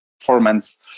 performance